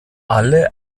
alle